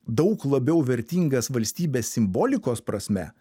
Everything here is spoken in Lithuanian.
daug labiau vertingas valstybės simbolikos prasme